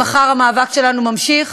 ממחר המאבק שלנו ממשיך,